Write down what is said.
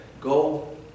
go